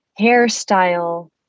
hairstyle